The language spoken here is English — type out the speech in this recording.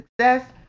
Success